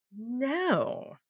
No